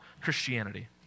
Christianity